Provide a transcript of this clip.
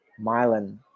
myelin